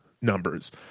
numbers